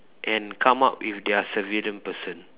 and come up with their supervillain person